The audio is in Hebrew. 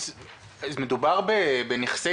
מדובר בנכסי